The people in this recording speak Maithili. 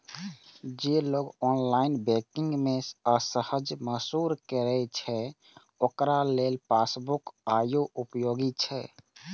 जे लोग ऑनलाइन बैंकिंग मे असहज महसूस करै छै, ओकरा लेल पासबुक आइयो उपयोगी छै